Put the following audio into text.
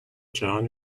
john